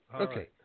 Okay